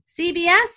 CBS